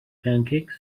pancakes